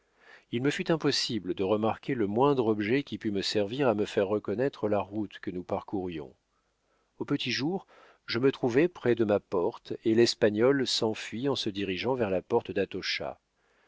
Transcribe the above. il me fut impossible de remarquer le moindre objet qui pût me servir à me faire reconnaître la route que nous parcourions au petit jour je me trouvai près de ma porte et l'espagnol s'enfuit en se dirigeant vers la porte